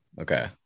okay